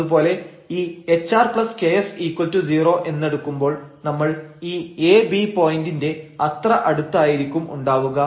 അതുപോലെ ഈ hrks0 എന്നെടുക്കുമ്പോൾ നമ്മൾ ഈ ab പോയന്റിന്റെ അത്ര അടുത്തായിരിക്കും ഉണ്ടാവുക